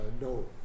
no